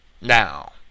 now